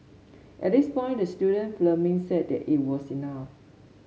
at this point the student filming said that it was enough